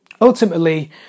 Ultimately